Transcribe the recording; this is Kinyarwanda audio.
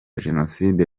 jenoside